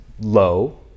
low